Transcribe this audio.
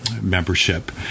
membership